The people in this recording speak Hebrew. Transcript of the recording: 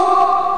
לא.